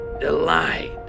delight